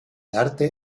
arte